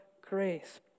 Grace